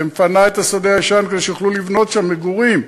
מפנה את השדה הישן כדי שאפשר יהיה לבנות שם מגורים.